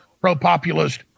pro-populist